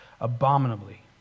abominably